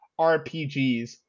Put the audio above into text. RPGs